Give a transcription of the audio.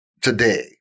today